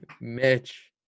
Mitch